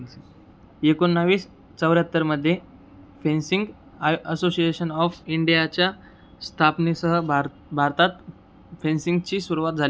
एकोणावीस चौऱ्याहत्तरमध्ये फेन्सिंग आय असोसिएशन ऑफ इंडियाच्या स्थापनेसह भार भारतात फेन्सिंगची सुरुवात झाली